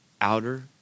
outer